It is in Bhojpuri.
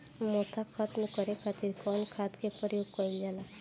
मोथा खत्म करे खातीर कउन खाद के प्रयोग कइल जाला?